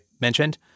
mentioned